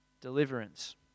Deliverance